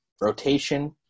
rotation